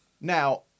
Now